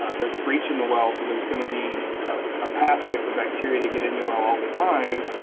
ah there's a breach in the well so there's gonna be ah a pathway for bacteria to get in your well all the time,